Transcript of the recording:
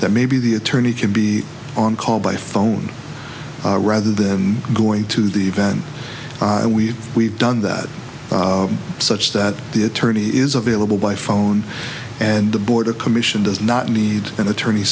that maybe the attorney can be on call by phone rather than going to the event and we've we've done that such that the attorney is available by phone and the border commission does not need an attorney